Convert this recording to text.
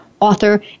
author